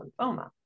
lymphoma